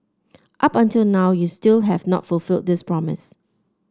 up until now you still have not fulfilled this promise